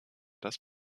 das